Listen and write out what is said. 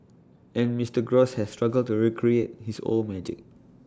and Mister gross has struggled to recreate his old magic